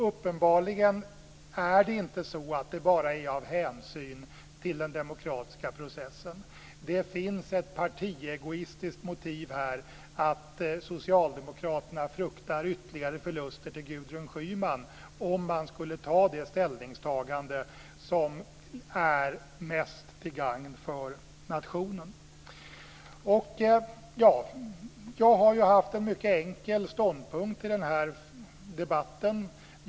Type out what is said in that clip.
Uppenbarligen är det inte bara fråga om hänsyn till den demokratiska processen. Det finns här ett partiegoistiskt motiv, att socialdemokraterna fruktar ytterligare förluster till Gudrun Schyman om man skulle göra det ställningstagande som är mest till gagn för nationen. Jag har ju haft en mycket enkel ståndpunkt i den här debatten.